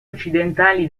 occidentali